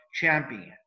champion